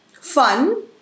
fun